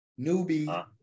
Newbie